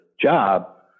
job